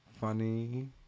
funny